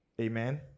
amen